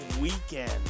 Weekend